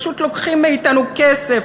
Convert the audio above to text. פשוט לוקחים מאתנו כסף.